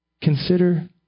Consider